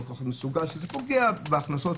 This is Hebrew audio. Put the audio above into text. זה פוגע בהכנסות,